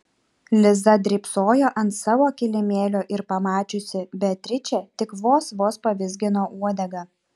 liza drybsojo ant savo kilimėlio ir pamačiusi beatričę tik vos vos pavizgino uodegą